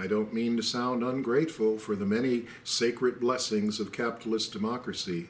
i don't mean to sound ungrateful for the many sacred blessings of capitalist democracy